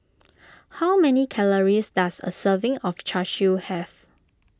how many calories does a serving of Char Siu have